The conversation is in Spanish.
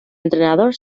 entrenador